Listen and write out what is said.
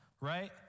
Right